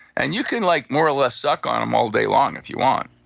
and you can like more or less suck on them all day long if you want.